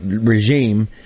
regime